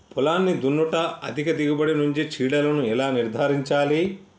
పొలాన్ని దున్నుట అధిక దిగుబడి నుండి చీడలను ఎలా నిర్ధారించాలి?